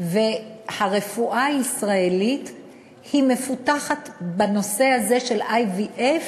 הרפואה הישראלית מפותחת בנושא הזה של IVF